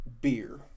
Beer